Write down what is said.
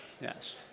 Yes